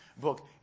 book